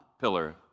pillar